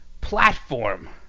platform